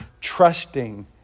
trusting